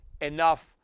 enough